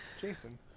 Jason